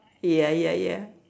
ya ya ya